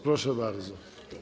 Proszę bardzo.